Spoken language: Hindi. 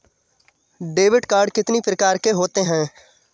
डेबिट कार्ड कितनी प्रकार के होते हैं?